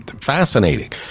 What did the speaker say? fascinating